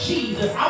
Jesus